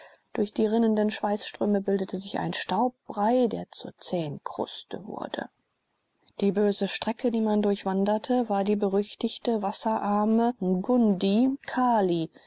durch die rinnenden schweißströme bildete sich ein staubbrei der zur zähen kruste wurde die böse strecke die man durchwanderte war die berüchtigte wasserarme